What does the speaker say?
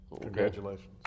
Congratulations